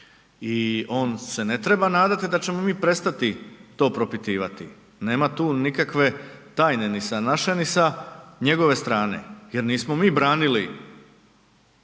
i on se ne treba nadati da ćemo mi prestati to propitivati, nema tu nikakve tajne ni sa naše ni sa njegove strane jer nismo mi branili